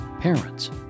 parents